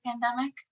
pandemic